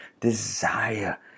desire